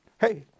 hey